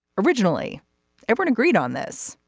originally everyone agreed on this.